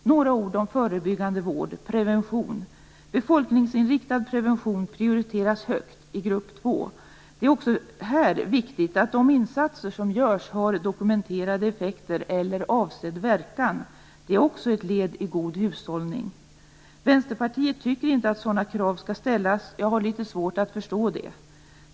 Några ord om förebyggande vård, prevention: Befolkningsinriktad prevention prioriteras högt, i grupp två. Det är också här viktigt att de insatser som görs har dokumenterade effekter eller avsedd verkan. Det är också ett led i god hushållning. Vänsterpartiet tycker inte att sådana krav skall ställas - jag har litet svårt att förstå det.